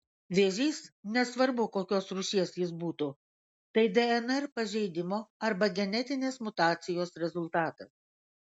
vėžys nesvarbu kokios rūšies jis būtų tai dnr pažeidimo arba genetinės mutacijos rezultatas